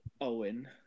Owen